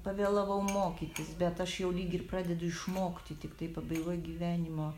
pavėlavau mokytis bet aš jau lyg ir pradedu išmokti tiktai pabaigoj gyvenimo